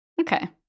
Okay